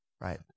right